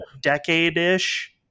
decade-ish